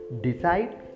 Decide